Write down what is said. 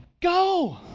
Go